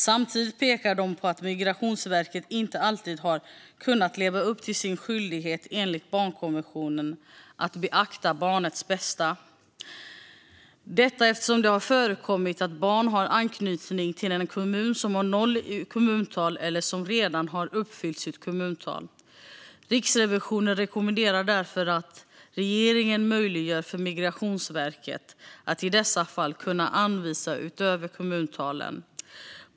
Samtidigt pekar de på att Migrationsverket inte alltid har kunnat leva upp till sin skyldighet enligt barnkonventionen att beakta barnets bästa, eftersom det har förekommit att barn har anknytning till en kommun som har noll i kommuntal eller som redan har uppfyllt sitt kommuntal. Riksrevisionen rekommenderar därför att regeringen möjliggör för Migrationsverket att i dessa fall kunna anvisa utöver kommuntalen.